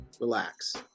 Relax